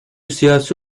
siyasi